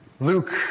Luke